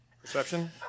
perception